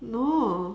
no